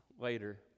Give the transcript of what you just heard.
later